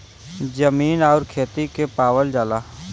जमीन आउर खेती के पावल जाला